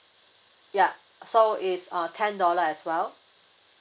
yup so is uh ten dollar as well